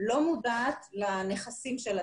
לא מודעת לנכסים של עצמה.